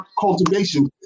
cultivation